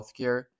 healthcare